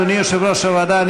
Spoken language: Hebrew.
אדוני יושב-ראש הוועדה,